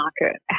market